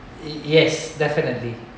ye~ yes definitely